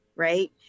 right